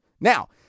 Now